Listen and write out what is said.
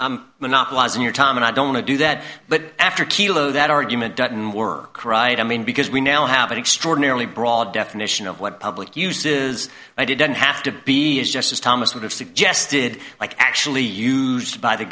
will monopolize in your time and i don't want to do that but after kilo that argument doesn't work i mean because we now have an extraordinarily broad definition of what public use is i didn't have to be as just as thomas would have suggested like actually used by the